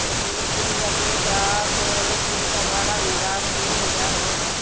दो दिन तीन लगेगा तो एक दिन का भाड़ा मेरा तीन हज़ार होगा